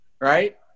right